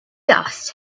dust